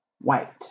white